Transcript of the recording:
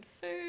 food